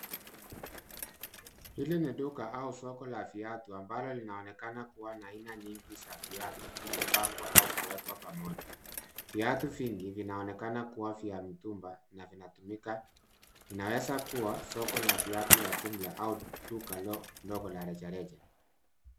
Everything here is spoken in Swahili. Hili ni duka au soko la viatu ambalo linaonekana kuwa na aina nyingi za viatu vilivyopangwa au kuwekwa pamoja. Viatu vingi vinaonekana kuwa vya mtumba na vinatumika. Inawezakuwa soko la viatu la jumla au duka ndogo la rejareja.